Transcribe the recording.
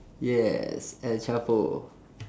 yes el chapo